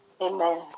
Amen